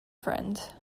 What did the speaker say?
friend